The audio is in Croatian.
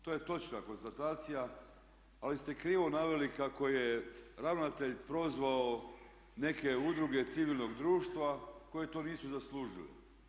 To je točna konstatacija ali ste krivo naveli kako je ravnatelj prozvao neke udruge civilnog društva koje to nisu zaslužile.